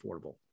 affordable